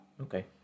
Okay